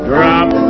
Drop